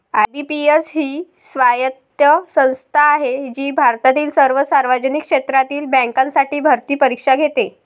IBPS ही स्वायत्त संस्था आहे जी भारतातील सर्व सार्वजनिक क्षेत्रातील बँकांसाठी भरती परीक्षा घेते